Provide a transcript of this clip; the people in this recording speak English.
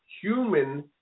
human